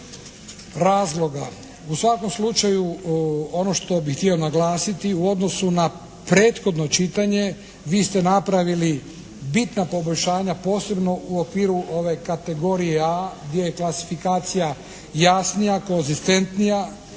U svakom slučaju ono što bih htio naglasiti u odnosu na prethodno čitanje vi ste napravili bitna poboljšanja posebno u okviru ove kategorije A gdje je klasifikacija jasnija, konzistentnija